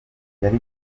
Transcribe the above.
yari